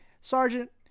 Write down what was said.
Sergeant